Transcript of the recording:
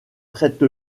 traite